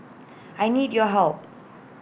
I need your help